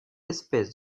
espèces